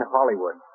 Hollywood